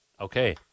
Okay